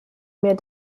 mir